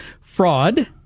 fraud